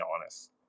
honest